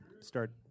start